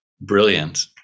brilliant